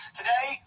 today